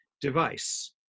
device